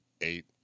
eight